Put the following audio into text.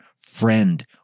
friend